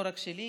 זה לא רק שלי,